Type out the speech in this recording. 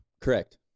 Correct